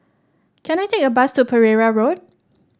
can I take a bus to Pereira Road